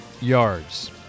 yards